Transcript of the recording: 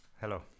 Hello